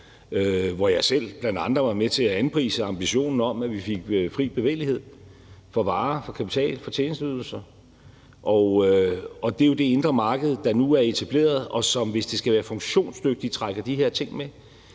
hvor jeg selv bl.a. var med til at anprise ambitionen om, at vi fik fri bevægelighed for varer, for kapital og for tjenesteydelser. Det er jo det indre marked, der nu er etableret, og som, hvis det skal være funktionsdygtigt, trækker de her ting med.